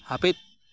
ᱦᱟ ᱯᱤᱫ